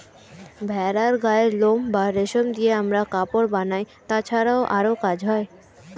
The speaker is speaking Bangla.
ভেড়ার গায়ের লোম বা রেশম দিয়ে আমরা কাপড় বানাই, তাছাড়াও আরো কাজ হয়